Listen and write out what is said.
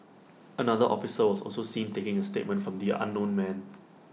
another officer was also seen taking A statement from the unknown man